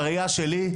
הראיה שלי,